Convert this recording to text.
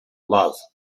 love